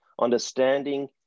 understanding